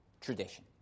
tradition